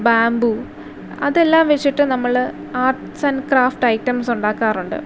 bamboo അതെല്ലാം വച്ചിട്ട് നമ്മൾ ആർട്ട്സ് ആൻഡ് ക്രാഫ്റ്റ് ഐറ്റംസ് ഉണ്ടാക്കാറുണ്ട്